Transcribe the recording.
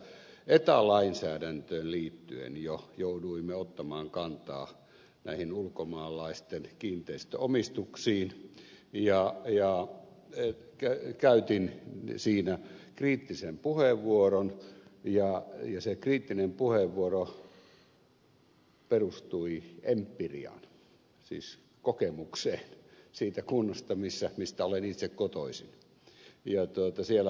eta lainsäädäntöön liittyen jo jouduimme ottamaan kantaa näihin ulkomaalaisten kiinteistöomistuksiin ja käytin siinä kriittisen puheenvuoron ja se kriittinen puheenvuoro perustui empiriaan siis kokemukseen siitä kunnasta mistä olen itse kotoisin